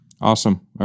awesome